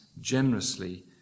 generously